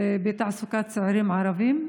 בתעסוקת צעירים ערבים?